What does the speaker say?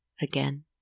again